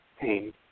pain